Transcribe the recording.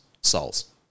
Souls